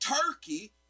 Turkey